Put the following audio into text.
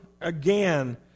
again